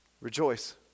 rejoice